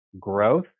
growth